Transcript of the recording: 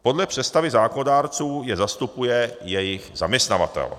Podle představy zákonodárců je zastupuje jejich zaměstnavatel.